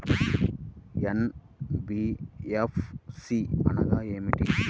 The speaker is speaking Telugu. ఎన్.బీ.ఎఫ్.సి అనగా ఏమిటీ?